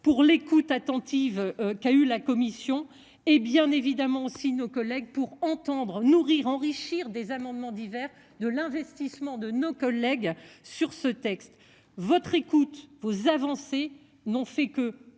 pour l'écoute attentive qu'a eu la commission et bien évidemment si nos collègues pour entendre nourrir, enrichir des amendements divers de l'investissement de nos collègues sur ce texte. Votre écoute vous avancez n'ont fait que